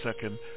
second